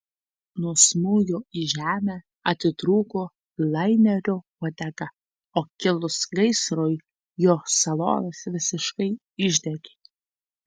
nuo smūgio į žemę atitrūko lainerio uodega o kilus gaisrui jo salonas visiškai išdegė